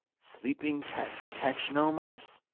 sleeping cats catch no mice.